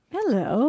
Hello